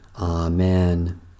Amen